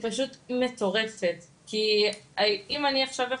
אני חושבת שפה אולי,